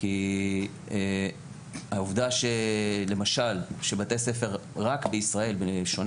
כי העובדה למשל שבתי ספר רק בישראל - בשונה